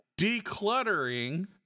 decluttering